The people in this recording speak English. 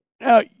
Now